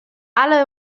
alle